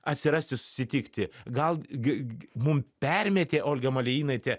atsirasti susitikti gal gi mum permetė olga malėjinaitė